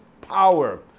power